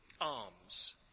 arms